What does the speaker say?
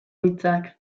hitzak